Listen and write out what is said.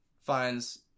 finds